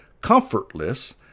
Comfortless